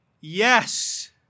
yes